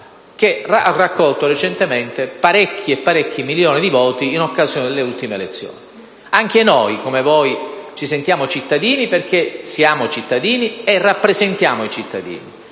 che ha raccolto parecchi, parecchi milioni di voti in occasione delle ultime elezioni. Anche noi come voi ci sentiamo cittadini, perché lo siamo e rappresentiamo i cittadini.